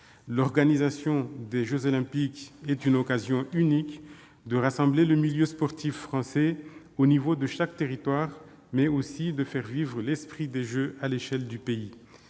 L'organisation des jeux Olympiques est une occasion unique de rassembler le milieu sportif français au à l'échelon de chaque territoire, mais aussi de faire vivre l'esprit des Jeux à l'échelle du pays.